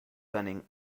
cunning